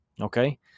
Okay